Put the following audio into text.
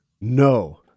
No